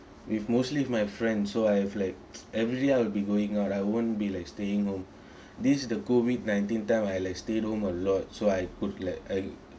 with mostly with my friends so I have like every day I'll be going out I won't be like staying home this is the COVID nineteen time I like stay home a lot so I put like I